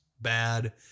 bad